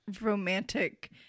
romantic